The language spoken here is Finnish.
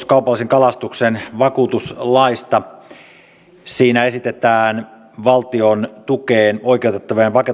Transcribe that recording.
kaupallisen kalastuksen vakuutuslaista esitetään valtiontukeen oikeuttavien